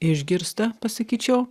išgirsta pasakyčiau